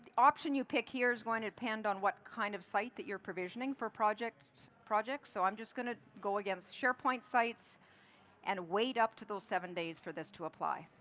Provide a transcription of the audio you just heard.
option you pick here is going to depend on what kind of site that you're provisio ning for projects, so i'm just going to go against sharepoi nt sites and wait up to those seven days for this to apply.